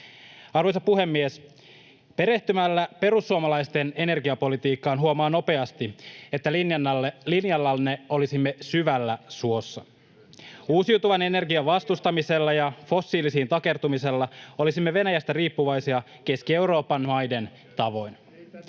Arvoisa puhemies! Perehtymällä perussuomalaisten energiapolitiikkaan huomaa nopeasti, että linjallanne olisimme syvällä suossa. [Toimi Kankaanniemi: Ei tätä syvemmälle voi mennä!] Uusiutuvan energian vastustamisella ja fossiilisiin takertumisella olisimme Venäjästä riippuvaisia Keski-Euroopan maiden tavoin.